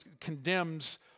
condemns